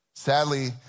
Sadly